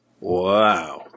Wow